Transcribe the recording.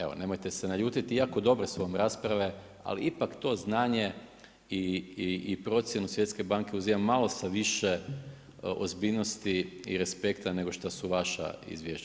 Evo nemojte se naljutiti i jako dobre su vam rasprave ali ipak to znanje i procjenu Svjetske banke uzimam malo sa više ozbiljnosti i respekta nego što su vaša izvješća.